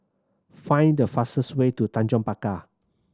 find the fastest way to Tanjong Pagar